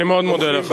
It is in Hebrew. אני מאוד מודה לך.